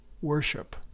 Worship